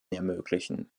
ermöglichen